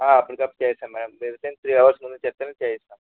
అప్పటికప్పుడు చేస్తాం madam in the sense three hours ముందు చెప్తే మేము చేయిస్తాం